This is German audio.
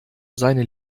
seine